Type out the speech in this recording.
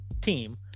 team